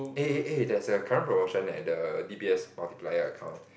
eh eh there's a current promotion at the D_B_S multiplier account